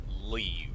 leave